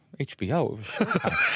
HBO